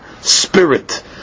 spirit